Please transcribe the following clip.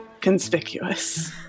conspicuous